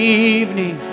evening